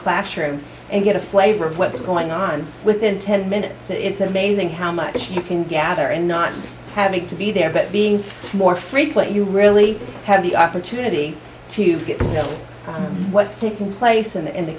classroom and get a flavor of what's going on within ten minutes it's amazing how much you can gather and not having to be there but being more frequent you really have the opportunity to get to know what's taking place in the kids in the